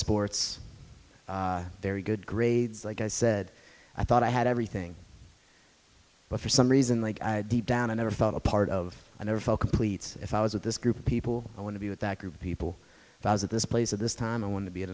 sports very good grades like i said i thought i had everything but for some reason like i deep down i never felt a part of i never felt complete if i was with this group of people i want to be with that group of people at this place at this time i want to be